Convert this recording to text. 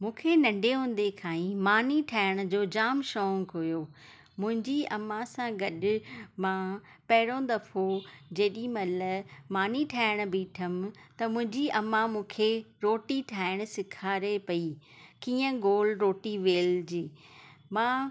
मूंखे नंढे हूंदे खां ई माणी ठाइणु जो जाम शौंक़ु हुयो मुंहिंजी अम्मा सां गॾु मां पहिरियों दफ़ो जेॾीमहिल माणी ठाइणु ॿीठमि त मुंहिंजी अम्मा मूंखे रोटी ठाहीणु सेखारे पई कीअं गोल रोटी वेलजी मां